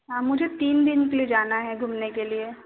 हाँ मुझे तीन दिन के लिए जाना है घूमने के लिए